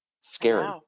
scary